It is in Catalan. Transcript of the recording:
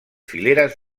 fileres